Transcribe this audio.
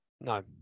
no